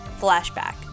flashback